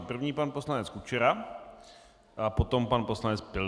První pan poslanec Kučera, potom pan poslanec Pilný.